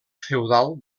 feudal